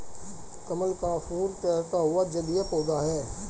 कमल का फूल तैरता हुआ जलीय पौधा है